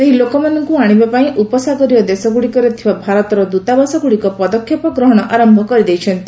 ସେହି ଲୋକମାନଙ୍କୁ ଆଣିବା ପାଇଁ ଉପସାଗରୀୟ ଦେଶଗୁଡ଼ିକରେ ଥିବା ଭାରତର ଦଦତାବାସଗୁଡ଼ିକ ପଦକ୍ଷେପ ଗ୍ରହଣ ଆରମ୍ଭ କରିଦେଇଛନ୍ତି